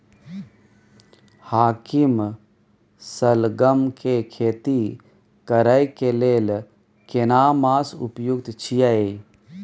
हाकीम सलगम के खेती करय के लेल केना मास उपयुक्त छियै?